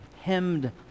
hemmed